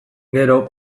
gero